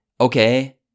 Okay